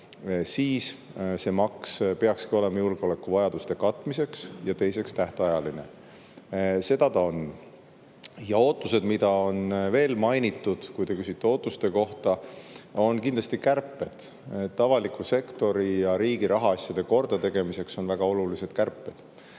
siis see maks peakski olema julgeolekuvajaduste katmiseks ja teiseks [peaks see olema] tähtajaline. Seda ta on. Ootused, mida on veel mainitud, kui te küsite ootuste kohta, on kindlasti kärped. Avaliku sektori ja riigi rahaasjade kordategemiseks on väga olulised kärped.